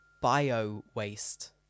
bio-waste